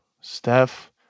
Steph